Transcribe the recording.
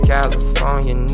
California